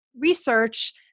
research